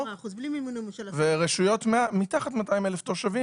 ורשויות מתחת 200,000 תושבים,